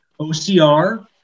OCR